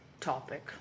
topic